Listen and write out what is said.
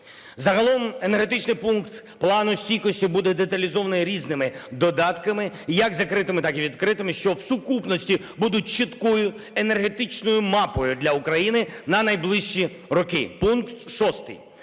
Загалом енергетичний пункт Плану стійкості буде деталізований різними додатками, як закритими, так і відкритими, що в сукупності будуть чіткою енергетичною мапою для України на найближчі роки. Пункт 6